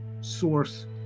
source